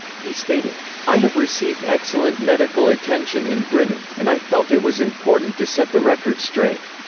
he stated, i have received excellent medical attention in britain, and i felt it was important to set the record straight.